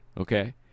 okay